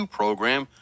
program